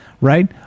Right